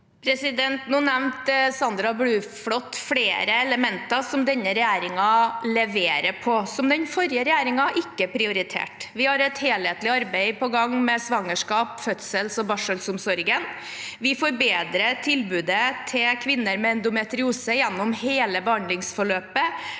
Nå nevnte Sandra Bruflot flere elementer som denne regjeringen leverer på, og som den forrige regjeringen ikke prioriterte. Vi har et helhetlig arbeid på gang med svangerskaps-, fødsels- og barselomsorgen. Vi forbedrer tilbudet til kvinner med endometriose gjennom hele behandlingsforløpet,